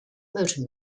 motor